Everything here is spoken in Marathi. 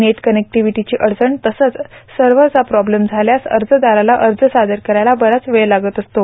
नेट कनेक्टीव्हीटीची अडचण तसंच सर्व्हेरचा प्रॉब्लेम झाल्यास अर्जदाराला अर्ज सादर करायला बराच वेळ लागत असतो